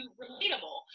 relatable